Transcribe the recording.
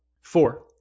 Four